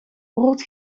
brood